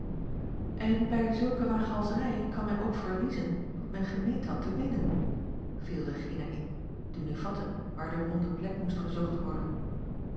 en bij zulke waaghalzerij kan men ook verliezen wat men gemeend had te winnen viel regina in die nu vatte waar de wonde plek moest gezocht worden